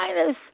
minus